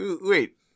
wait